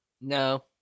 No